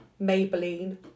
Maybelline